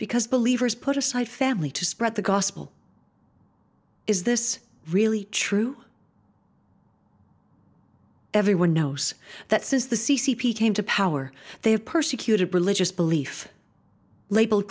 because believers put aside family to spread the gospel is this really true everyone knows that says the c c p came to power they have persecuted religious belief labelled